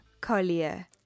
Collier